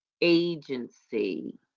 agency